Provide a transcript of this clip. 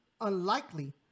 unlikely